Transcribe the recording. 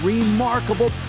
remarkable